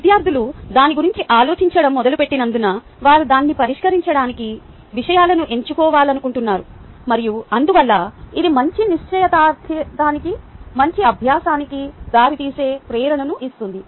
విద్యార్థులు దాని గురించి ఆలోచించడం మొదలుపెట్టినందున వారు దాన్ని పరిష్కరించడానికి విషయాలను ఎంచుకోవాలనుకుంటున్నారు మరియు అందువల్ల ఇది మంచి నిశ్చితార్థానికి మంచి అభ్యాసానికి దారితీసే ప్రేరణను ఇస్తుంది